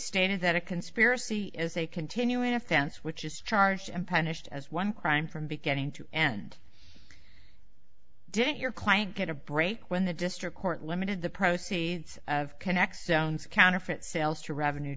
stated that a conspiracy is a continuing offense which is charged and punished as one crime from beginning to end didn't your client get a break when the district court limited the proceeds of k'nex sounds counterfeit sales to revenue